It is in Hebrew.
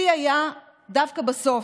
השיא היה דווקא בסוף,